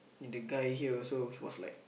the guy here also was like